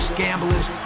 gamblers